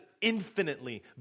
infinitely